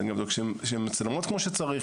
צריך גם לבדוק שהן מצלמות כמו שצריך,